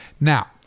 now